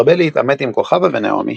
מרבה להתעמת עם כוכבה ונעמי.